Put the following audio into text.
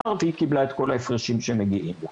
והיא קיבלה את כל ההפרשים שמגיעים לה.